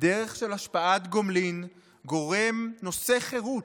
בדרך של השפעת גומלין, גורם נושא חירות,